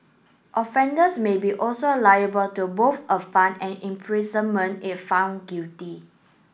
offenders may be also liable to both a fine and imprisonment if found guilty